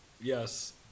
Yes